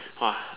!wah!